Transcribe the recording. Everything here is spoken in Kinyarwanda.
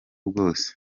bwose